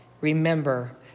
remember